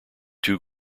two